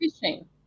fishing